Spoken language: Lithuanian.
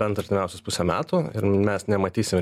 bent artimiausius pusę metų ir mes nematysime